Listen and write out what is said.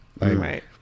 Right